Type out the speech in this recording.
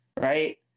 right